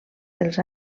dels